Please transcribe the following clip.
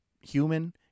human